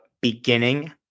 beginning